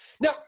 Now